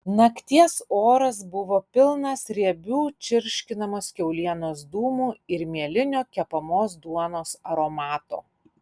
nakties oras buvo pilnas riebių čirškinamos kiaulienos dūmų ir mielinio kepamos duonos aromato